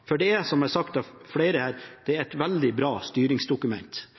det har blitt sagt av flere her: Det er et veldig bra styringsdokument.